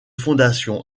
fondation